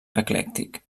eclèctic